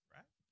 Right